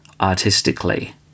artistically